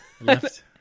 Left